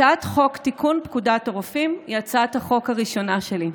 הצעת חוק תיקון פקודת הרופאים היא הצעת החוק הראשונה שלי,